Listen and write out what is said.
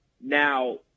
Now